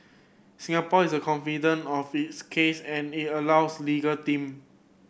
Singapore is confident of its case and it allows legal team